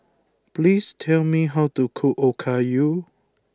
please tell me how to cook Okayu